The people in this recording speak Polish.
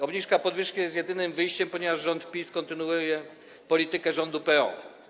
Obniżka podwyżki jest jedynym wyjściem, ponieważ rząd PiS kontynuuje politykę rządu PO.